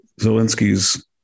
Zelensky's